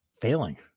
failing